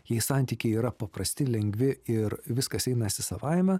jei santykiai yra paprasti lengvi ir viskas einasi savaime